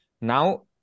Now